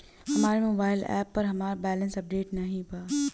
हमरे mobile app पर हमार बैलैंस अपडेट नाई बा